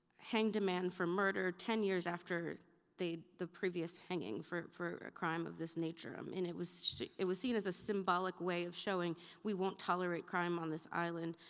hanged a man for murder ten years after the previous hanging for for a crime of this nature, um and it was it was seen as a symbolic way of showing we won't tolerate crime on this island.